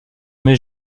mai